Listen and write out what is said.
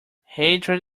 hatred